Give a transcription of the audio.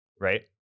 right